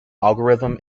algorithm